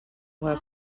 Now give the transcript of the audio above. were